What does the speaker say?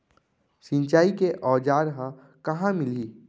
सिंचाई के औज़ार हा कहाँ मिलही?